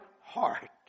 heart